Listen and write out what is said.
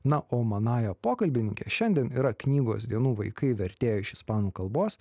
na o manąja pokalbininke šiandien yra knygos dienų vaikai vertėja iš ispanų kalbos